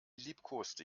liebkoste